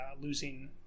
losing